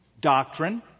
doctrine